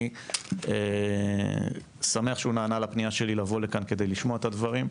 אני שמח שהוא נענה לפנייה שלי כדי לשמוע את הדברים.